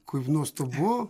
kaip nuostabu